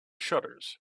shutters